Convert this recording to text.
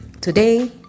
Today